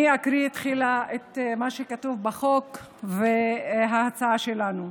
אני אקריא תחילה את מה שכתוב בחוק ואת ההצעה שלנו: